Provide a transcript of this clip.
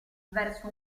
verso